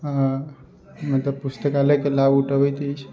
आओर मतलब पुस्तकालयके लाभ उठबैत अछि